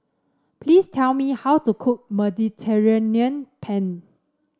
please tell me how to cook Mediterranean Penne